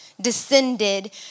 descended